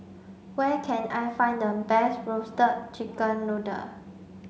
where can I find the best roasted chicken noodle